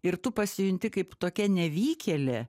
ir tu pasijunti kaip tokia nevykėlė